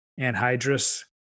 anhydrous